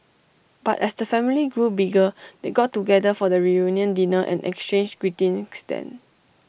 but as the family grew bigger they got together for the reunion dinner and exchanged greetings then